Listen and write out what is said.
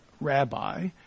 rabbi